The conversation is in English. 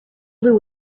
blew